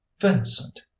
vincent